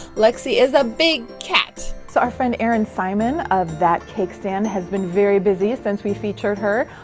lexy is a big cat! so our friend erinn simon of that cake stand has been very busy since we featured her.